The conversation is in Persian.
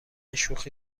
شوخی